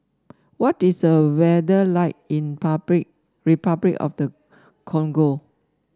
what is the weather like in public Repuclic of the Congo